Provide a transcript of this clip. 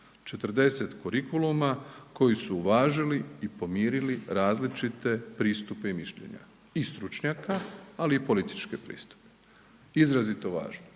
40 kurikuluma koji su uvažili i pomirili različite pristupe i mišljenja i stručnjaka, ali i političke pristupe, izrazito važno,